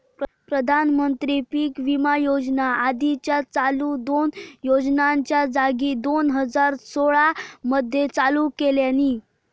प्रधानमंत्री पीक विमा योजना आधीच्या चालू दोन योजनांच्या जागी दोन हजार सोळा मध्ये चालू केल्यानी